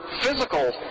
physical